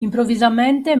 improvvisamente